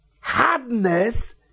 hardness